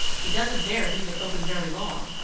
he doesn't dare leave it open very long,